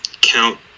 count